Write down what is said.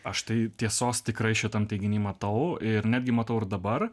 aš tai tiesos tikrai šitam teiginiui matau ir netgi matau ir dabar